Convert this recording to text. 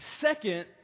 Second